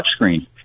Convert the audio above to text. touchscreen